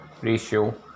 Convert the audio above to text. ratio